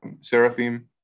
seraphim